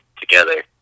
together